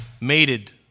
mated